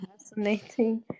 fascinating